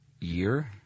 year